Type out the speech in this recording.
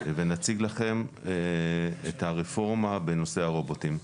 ונציג לכם את הרפורמה בנושא הרובוטים: